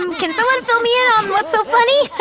um can someone fill me in on what's so funny?